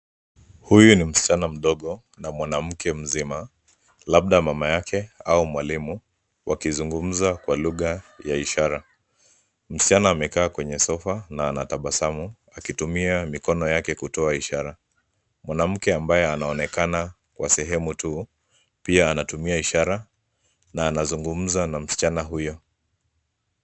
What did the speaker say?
Huyu ni msichana mdogo, na mwanamke mzima, labda mama yake, au mwalimu, wakizungumza kwa lugha ya ishara. Msichana amekaa kwenye sofa , na anatabasamu, akitumia mikono yake kutoa ishara. Mwanamke ambaye anaonekana kwa sehemu tu, pia anatumia ishara, na anazungumza na msichana huyu.